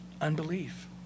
Unbelief